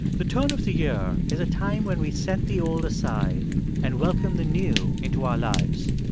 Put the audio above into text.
the turn of the year is a time when we set the old aside and welcome the new into our lives.